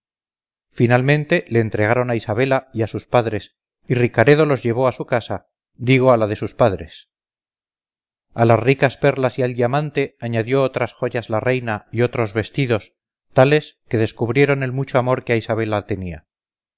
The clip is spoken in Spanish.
finalmente le entregaron a isabela y a sus padres y ricaredo los llevó a su casa digo a la de sus padres a las ricas perlas y al diamante añadió otras joyas la reina y otros vestidos tales que descubrieron el mucho amor que a isabela tenía